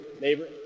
neighbor